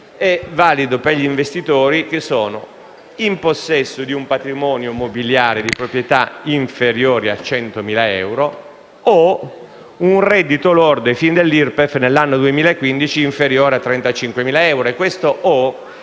è valido per gli investitori che siano in possesso di un patrimonio immobiliare di proprietà inferiore a 100.000 euro o che abbiano un reddito lordo, ai fini dell'IRPEF, nell'anno 2015 inferiore a 35.000 euro.